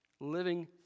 living